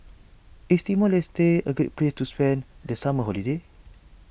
is Timor Leste a great place to spend the summer holiday